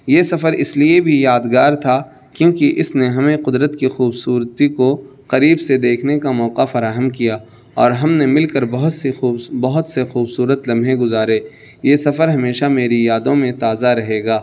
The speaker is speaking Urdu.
یہ سفر اس لیے بھی یادگار تھا کیونکہ اس نے ہمیں قدرت کی خوبصورتی کو قریب سے دیکھنے کا موقع فراہم کیا اور ہم نے مل کر بہت سے خوبصورت لمحے گزارے یہ سفر ہمیشہ میری یادوں میں تازہ رہے گا